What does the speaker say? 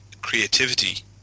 creativity